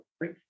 right